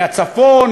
מהצפון,